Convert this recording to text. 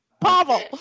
Pavel